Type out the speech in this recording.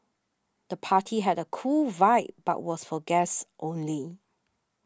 the party had a cool vibe but was for guests only